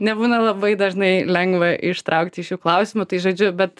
nebūna labai dažnai lengva ištraukti iš jų klausimų tai žodžiu bet